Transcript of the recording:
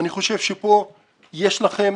אני חושב שכאן יש לכם